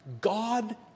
God